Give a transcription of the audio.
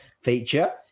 feature